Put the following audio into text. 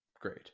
great